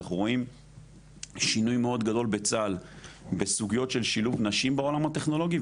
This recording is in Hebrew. אנחנו רואים שינוי גדול בצה"ל בסוגיות של שילוב נשים בעולם הטכנולוגי,